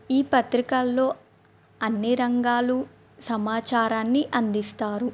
ఈ పత్రికల్లో అన్ని రంగాలు సమాచారాన్ని అందిస్తారు